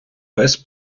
пес